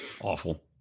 awful